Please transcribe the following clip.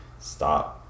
stop